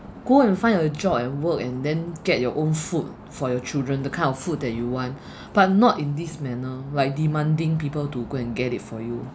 go and find a job and work and then get your own food for your children the kind of food that you want but not in this manner like demanding people to go and get it for you